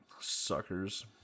suckers